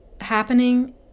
happening